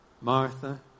Martha